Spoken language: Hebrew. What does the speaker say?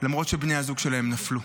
למרות שבני הזוג שלהם נפלו.